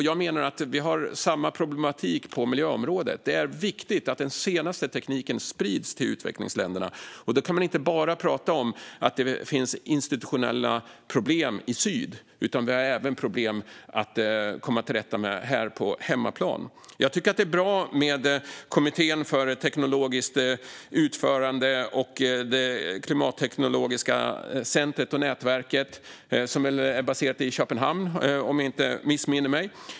Jag menar att vi har samma problematik på miljöområdet. Det är viktigt att den senaste tekniken sprids till utvecklingsländerna, och då kan man inte bara prata om att det finns institutionella problem i syd. Vi har även problem som man behöver komma till rätta med här på hemmaplan. Jag tycker att det är bra med kommittén för teknologiskt utförande och det klimatteknologiska centrumet och nätverket - som väl är baserat i Köpenhamn, om jag inte missminner mig.